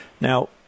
Now